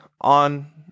on